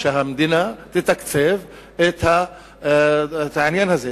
שהמדינה תתקצב את העניין הזה,